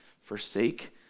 forsake